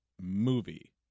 Movie